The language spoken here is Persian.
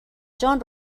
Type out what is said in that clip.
جان